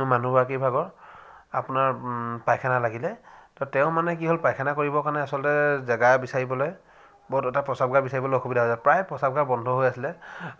মোৰ মানুহগৰাকীৰ ভাগৰ আপোনাৰ পায়খানা লাগিলে তেওঁ মানে কি হ'ল পায়খানা কৰিব কাৰণে আচলতে জেগা বিচাৰিবলৈ প্ৰস্ৰাৱগাৰ বিচাৰিবলৈ অসুবিধা হৈছে প্ৰায় প্ৰস্ৰাৱগাৰ বন্ধ হৈ আছিলে